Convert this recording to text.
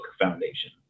foundation